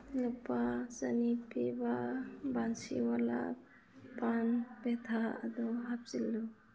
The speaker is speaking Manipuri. ꯂꯨꯄꯥ ꯆꯅꯤ ꯄꯤꯕ ꯕꯟꯁꯤꯋꯥꯂꯥ ꯄꯥꯟ ꯄꯦꯊꯥ ꯑꯗꯨ ꯍꯥꯞꯆꯤꯜꯂꯨ